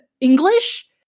English